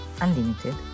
Unlimited